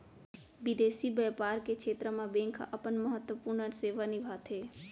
बिंदेसी बैपार के छेत्र म बेंक ह अपन महत्वपूर्न सेवा निभाथे